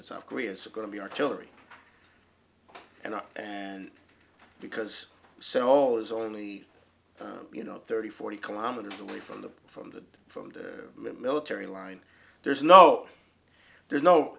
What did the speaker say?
and south korea it's going to be artillery and and because so all is only you know thirty forty kilometers away from the from the from the military line there's no there's no